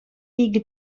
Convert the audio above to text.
икӗ